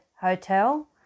hotel